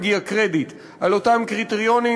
מגיע קרדיט על אותם קריטריונים,